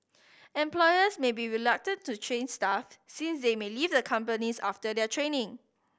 employers may be reluctant to train staff since they may leave the companies after their training